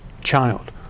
child